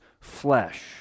flesh